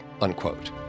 unquote